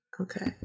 Okay